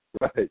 right